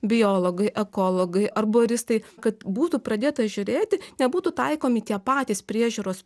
biologai ekologai arboristai kad būtų pradėta žiūrėti nebūtų taikomi tie patys priežiūros